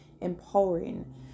empowering